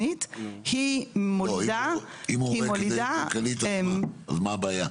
אם הוא רואה כדאיות כלכלית אז מה הבעיה?